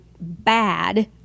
bad